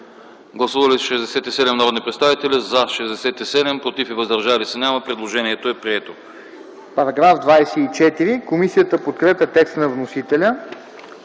Гласували 64 народни представители: за 63, против 1, въздържали се няма. Предложенията са приети.